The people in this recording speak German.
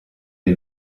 wir